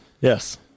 yes